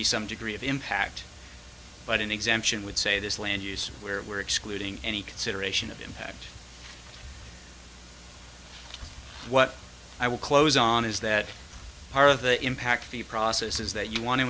be some degree of impact but an exemption would say this land use where we're excluding any consideration of impact what i will close on is that part of the impact of the process is that you want to